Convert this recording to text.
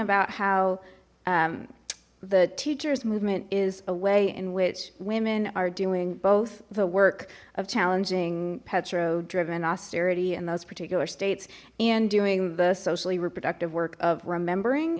about how the teachers movement is a way in which women are doing both the work of challenging petrol driven austerity in those particular states and doing the socially reproductive work of remembering